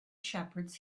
shepherds